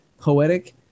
poetic